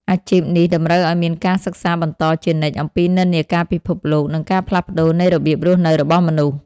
អាជីពនេះតម្រូវឱ្យមានការសិក្សាបន្តជានិច្ចអំពីនិន្នាការពិភពលោក និងការផ្លាស់ប្តូរនៃរបៀបរស់នៅរបស់មនុស្ស។